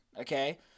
okay